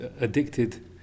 addicted